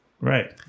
Right